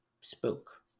spoke